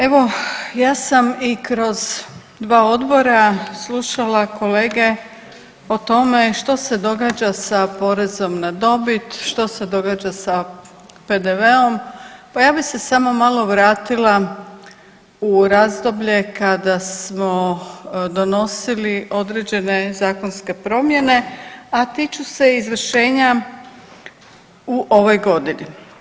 Evo, ja sam i kroz dva odbora slušala kolege o tome što se događa sa porezom na dobit, što se događa sa PDV-om, pa ja bi se samo malo vratila u razdoblje kada smo donosili određene zakonske promjene, a tiču se izvršenja u ovoj godini.